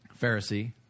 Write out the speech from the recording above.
Pharisee